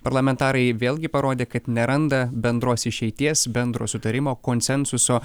parlamentarai vėlgi parodė kad neranda bendros išeities bendro sutarimo konsensuso